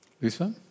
Lisa